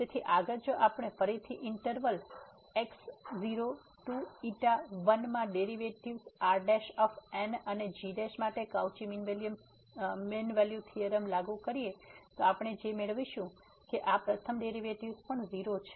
તેથી આગળ જો આપણે ફરીથી ઈન્ટરવલx 0 ξ 1 માં ડેરિવેટિવ્ઝ Rn અને g માટે કાઉચી મીન વેલ્યુ થીયોરમ લાગુ કરીએ તો આપણે જે મેળવીશું કારણ કે આ પ્રથમ ડેરિવેટિવ્ઝ પણ 0 છે